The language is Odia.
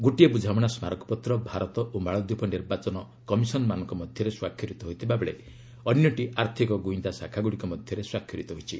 ଗୋଟିଏ ବୁଝାମଣା ସ୍କାରକପତ୍ର ଭାରତ ଓ ମାଳଦୀପ ନିର୍ବାଚନ କମିଶନମାନଙ୍କ ମଧ୍ୟରେ ସ୍ୱାକ୍ଷରିତ ହୋଇଥିବା ବେଳେ ଅନ୍ୟଟି ଆର୍ଥିକ ଗୁଇନ୍ଦା ଶାଖାଗୁଡ଼ିକ ମଧ୍ୟରେ ସ୍ୱାକ୍ଷରିତ ହୋଇଛି